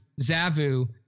Zavu